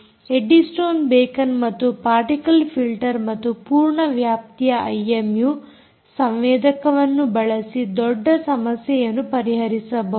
eddy stone beacon ಮತ್ತು particle filter ಮತ್ತು ಪೂರ್ಣ ವ್ಯಾಪ್ತಿಯ ಐಎಮ್ಯೂ ಸಂವೇದಕವನ್ನು ಬಳಸಿ ದೊಡ್ಡ ಸಮಸ್ಯೆಯನ್ನು ಪರಿಹರಿಸಬಹುದು